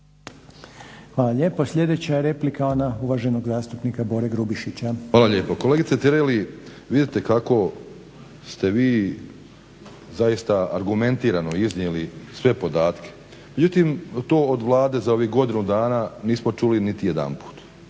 Hvala lijepo. Sljedeća je replika, ona uvaženog zastupnika Bore Grubišića. **Grubišić, Boro (HDSSB)** Hvala lijepa. Kolegice Tireli vidite kako ste vi zaista argumentirano iznijeli sve podatke, međutim to od Vlade za ovih godinu dana nismo čuli niti jedanput.